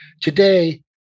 Today